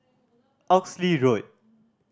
Oxley Road